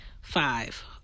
Five